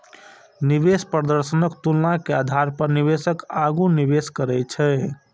निवेश प्रदर्शनक तुलना के आधार पर निवेशक आगू निवेश करै छै